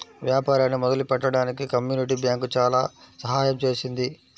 వ్యాపారాన్ని మొదలుపెట్టడానికి community bank చాలా సహాయం చేసింది